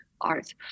art